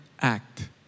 act